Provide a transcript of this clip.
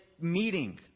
meeting